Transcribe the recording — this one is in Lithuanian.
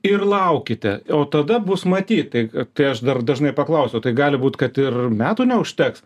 ir laukite o tada bus matyt tai tai aš dar dažnai paklausiu tai gali būt kad ir metų neužteks